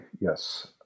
yes